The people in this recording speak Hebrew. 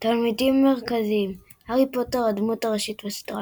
תלמידים מרכזיים הארי פוטר – הדמות הראשית בסדרה.